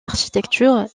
architecture